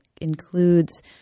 includes